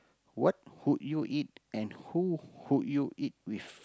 what would you eat and who would you eat with